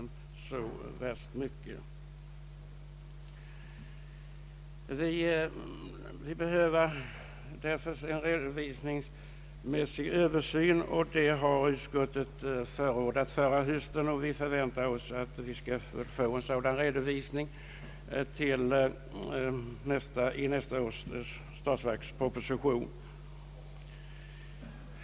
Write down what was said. Vi behöver därför få en översyn och redovisning i hela denna fråga, vilket utskottet också begärde förra hösten. Vi förväntar oss att få en sådan redovisning i nästa års statsverksproposition.